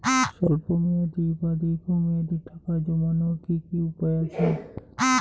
স্বল্প মেয়াদি বা দীর্ঘ মেয়াদি টাকা জমানোর কি কি উপায় আছে?